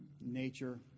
nature